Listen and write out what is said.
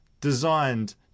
designed